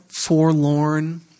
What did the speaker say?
Forlorn